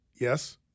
Yes